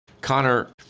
Connor